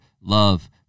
love